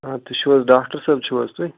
آ تُہۍ چھُو حظ ڈاکٹر صٲب چھُو حظ تُہۍ